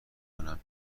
کنم